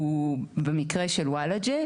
במקרה של וולאג'ה,